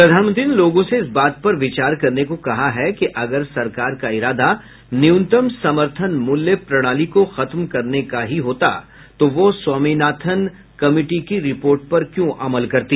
प्रधानमंत्री ने लोगों से इस बात पर विचार करने को कहा कि अगर सरकार का इरादा न्यूनतम समर्थन मूल्य प्रणाली को खत्म करने का ही होता तो वह स्वामीनाथन कमेटी की रिपोर्ट पर क्यों अमल करती